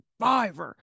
Survivor